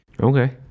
Okay